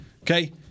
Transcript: Okay